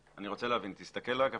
מר דולברג, אני רוצה להבין, תסתכל, בבקשה,